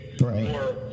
Right